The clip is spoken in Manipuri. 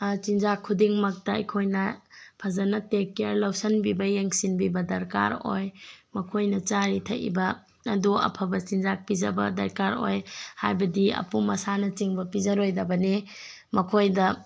ꯆꯤꯟꯖꯥꯛ ꯈꯨꯗꯤꯡꯃꯛꯇ ꯑꯩꯈꯣꯏꯅ ꯐꯖꯅ ꯇꯦꯛ ꯀꯦꯌꯔ ꯂꯧꯁꯤꯟꯕꯤꯕ ꯌꯦꯡꯁꯤꯟꯕꯤꯕ ꯗꯔꯀꯥꯔ ꯑꯣꯏ ꯃꯈꯣꯏꯅ ꯆꯥꯔꯤ ꯊꯛꯂꯤꯕ ꯑꯗꯨ ꯑꯐꯕ ꯆꯤꯟꯖꯥꯛ ꯄꯤꯖꯕ ꯗꯔꯀꯥꯔ ꯑꯣꯏ ꯍꯥꯏꯕꯗꯤ ꯑꯄꯨꯝ ꯑꯁꯥꯅꯆꯤꯡꯕ ꯄꯤꯖꯔꯣꯏꯗꯕꯅꯤ ꯃꯈꯣꯏꯗ